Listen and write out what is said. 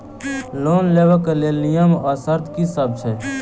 Loan लेबऽ कऽ लेल नियम आ शर्त की सब छई?